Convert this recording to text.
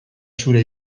zure